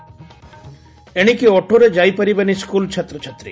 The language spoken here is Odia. ଏଣିକି ଅଟୋରେ ଯାଇପାରିବେନି ସ୍କୁଲ୍ ଛାତ୍ରଛାତ୍ରୀ